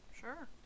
Sure